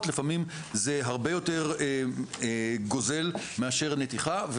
לפעמים זה הרבה יותר גוזל מאשר הנתיחה,